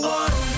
one